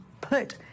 put